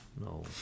No